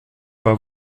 pas